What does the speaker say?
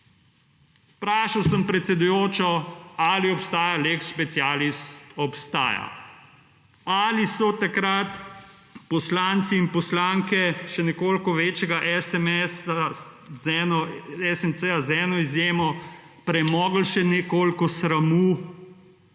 Vprašal sem predsedujočo ali obstaja lex specialis, obstaja. Ali so takrat poslanci in poslanke še nekoliko večjega SMC z eno izjemo premogli še nekoliko sramu